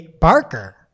Barker